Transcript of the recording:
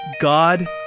God